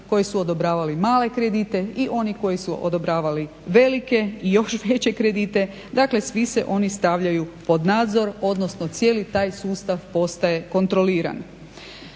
koji su odobravali male kredite i oni koji su odobravali velike i još veće kredite, dakle svi se oni stavljaju pod nadzor, odnosno cijeli taj sustav postaje kontroliran.